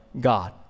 God